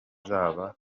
zizaba